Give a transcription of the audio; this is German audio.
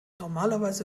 normalerweise